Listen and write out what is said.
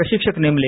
प्रशिक्षक नेमले